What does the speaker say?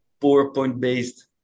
PowerPoint-based